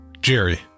Jerry